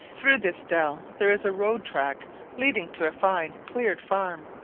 through this dell there is a road-track leading to a fine cleared farm,